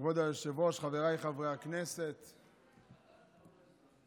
כבוד היושב-ראש, חבריי חברי הכנסת, האמת,